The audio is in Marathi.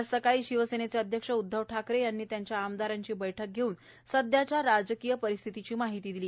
आज सकाळी शिवसेनेचे अध्यक्ष उद्धव ठाकरे यांनी त्यांच्या आमदारांची बैठक घेऊन सद्याच्या राजकीय परिस्थितीची माहिती दिली